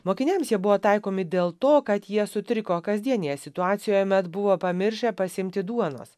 mokiniams jie buvo taikomi dėl to kad jie sutriko kasdienėje situacijoje met buvo pamiršę pasiimti duonos